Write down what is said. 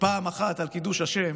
פעם אחת על קידוש השם.